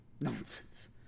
Nonsense